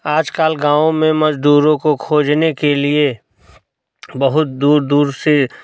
आजकल गाँवो में मजदूरों को खोजने के लिए बहुत दूर दूर से